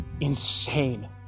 insane